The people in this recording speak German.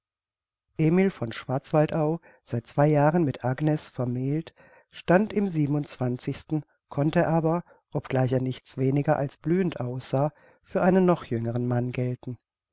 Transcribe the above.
emil von schwarzwaldau seit zwei jahren mit agnes vermählt stand im siebenundzwanzigsten konnte aber obgleich er nichts weniger als blühend aussah für einen noch jüngeren mann gelten